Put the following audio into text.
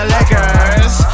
Lakers